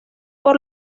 por